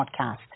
podcast